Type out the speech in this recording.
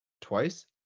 twice